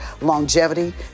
longevity